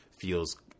feels